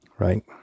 Right